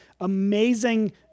amazing